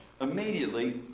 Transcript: Immediately